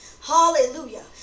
Hallelujah